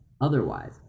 otherwise